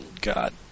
God